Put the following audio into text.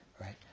right